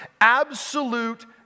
absolute